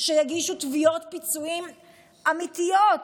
שיגישו תביעות פיצויים אמיתיות